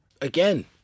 again